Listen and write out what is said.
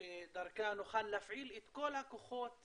שדרכה נוכל להפעיל את כל הכוחות